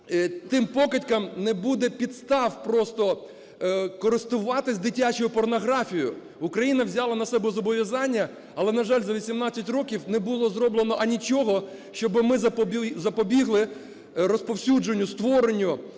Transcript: тим покидькам не буде підстав просто користуватись дитячою порнографією. Україна взяла на себе зобов'язання, але, на жаль, за вісімнадцять років не було зроблено анічого, щоби ми запобігли розповсюдженню, створенню,